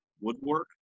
woodwork